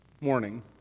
morning